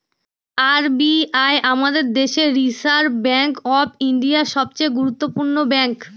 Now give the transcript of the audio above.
R B I আমাদের দেশের Reserve Bank of India, সবচে গুরুত্বপূর্ণ ব্যাঙ্ক